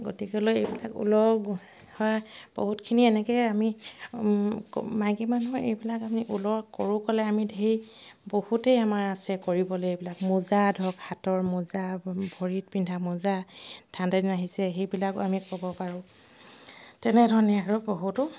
গতিকেলৈ এইবিলাক ঊলৰ বহুতখিনি এনেকৈ আমি মাইকী মানুহৰ এইবিলাক আমি ঊলৰ কৰোঁ ক'লে আমি ধেই বহুতেই আমাৰ আছে কৰিবলে এইবিলাক মোজা ধৰক হাতৰ মোজা ভৰিত পিন্ধা মোজা ঠাণ্ডা দিন আহিছে সেইবিলাকো আমি ক'ব পাৰোঁ তেনেধৰণে আৰু বহুতো